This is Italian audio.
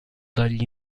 dagli